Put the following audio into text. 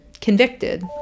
convicted